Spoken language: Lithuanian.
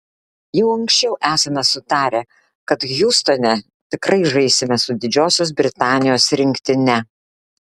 jau anksčiau esame sutarę kad hjustone tikrai žaisime su didžiosios britanijos rinktine